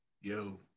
Yo